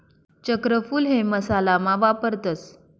चक्रफूल हे मसाला मा वापरतस